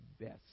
best